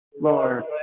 Lord